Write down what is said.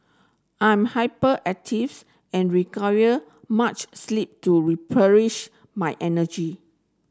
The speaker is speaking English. I am hyperactives and require much sleep to replenish my energy